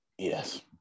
Yes